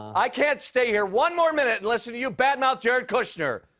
i can't stay here one more minute and listen to you bad-mouth jared kushner.